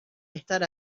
estar